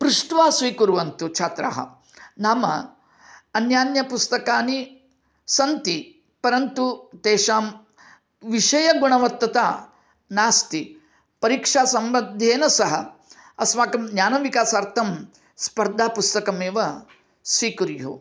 पृष्ट्वा स्वीकुर्वन्तु छात्राः नाम अन्यान्य पुस्तकानि सन्ति परन्तु तेषां विषयगुणवत्तता नास्ति परीक्षासम्बन्धेन सह अस्माकं ज्ञानविकासार्थं स्पर्धा पुस्तकमेव स्वीकुर्युः